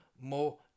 more